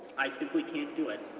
i simply can't do it,